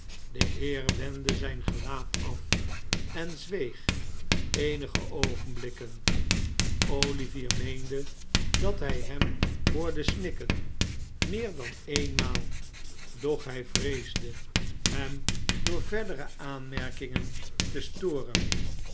de heer wendde zijn gelaat af en zweeg eenige oogenblikken olivier meende dat hij hem hoorde snikken meer dan eenmaal doch hij vreesde hem door verdere aanmerkingen te storen